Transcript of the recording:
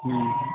ହୁଁ